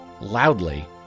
loudly